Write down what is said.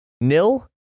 Nil